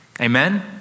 amen